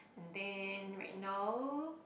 and then right now